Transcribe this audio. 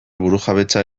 burujabetza